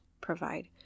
provide